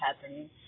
happening